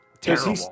terrible